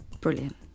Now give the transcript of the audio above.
Brilliant